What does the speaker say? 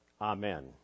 Amen